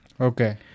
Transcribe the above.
Okay